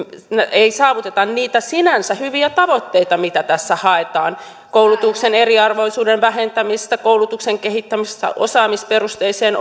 ei saavuteta niitä sinänsä hyviä tavoitteita mitä tässä haetaan koulutuksen eriarvoisuuden vähentämistä koulutuksen kehittämistä osaamisperusteiseen